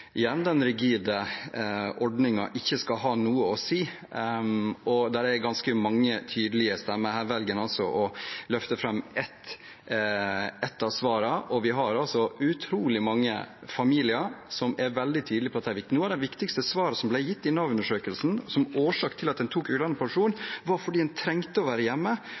den rigide ordningen ikke skal ha noe å si: Det er ganske mange tydelige stemmer, men her velger en å løfte fram ett av svarene. Vi har utrolig mange familier som er veldig tydelige på at dette er viktig. Noen av de viktigste svarene som ble gitt i Nav-undersøkelsen som årsak til at en tok ulønnet permisjon, var at en trengte å være hjemme,